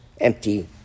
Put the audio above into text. empty